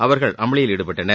அவர்கள் அமளியில் ஈடுபட்டனர்